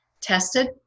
tested